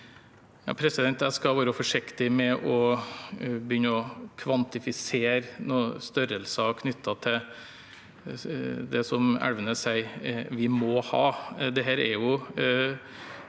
Jeg skal være forsiktig med å begynne å kvantifisere noen størrelser knyttet til det som Elvenes sier vi må ha.